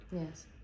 yes